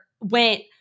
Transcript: went